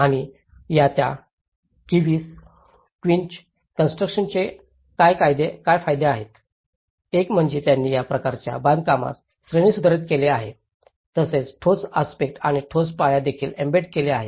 आणि या त्या किवींस कॉन्स्ट्रुकॅशन्सचे काय फायदे आहेत एक म्हणजे त्यांनी या प्रकारच्या बांधकामास श्रेणीसुधारित केले आहे तसेच ठोस आस्पेक्ट आणि ठोस पाया देखील एम्बेड केले आहेत